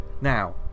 Now